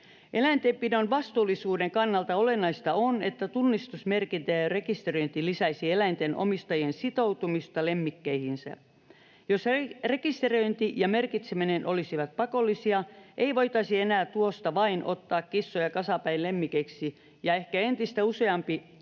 Eläintenpidon vastuullisuuden kannalta olennaista on, että tunnistusmerkintä ja rekisteröinti lisäisivät eläinten omistajien sitoutumista lemmikkeihinsä. Jos rekisteröinti ja merkitseminen olisivat pakollisia, ei voitaisi enää tuosta vain ottaa kissoja kasapäin lemmikeiksi, ja ehkä entistä useampi